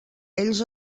ells